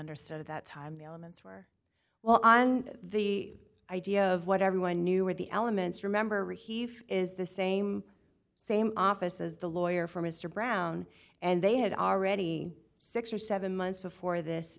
understood at that time the elements were well on the idea of what everyone knew were the elements remember or he is the same same office as the lawyer for mr brown and they had already six or seven months before this